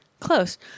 close